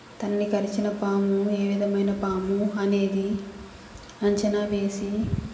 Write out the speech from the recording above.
తనని కరిచిన పాము ఏ విధమైన పాము అనేది అంచనా వేసి